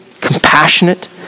compassionate